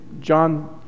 John